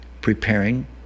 preparing